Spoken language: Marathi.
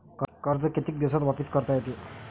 कर्ज कितीक दिवसात वापस करता येते?